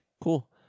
Cool